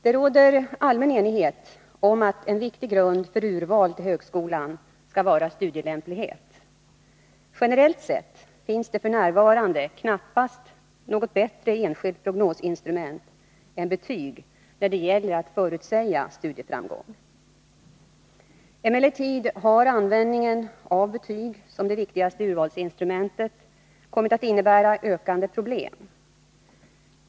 Det råder allmän enighet om att en viktig grund för urval till högskolan skall vara studielämplighet. Generellt sett finns det f. n. knappast något bättre enskilt prognosinstrument än betyg när det gäller att förutsäga studieframgång. Emellertid har användningen av betyg som det viktigaste urvalsinstrumentet kommit att innebära ökande problem.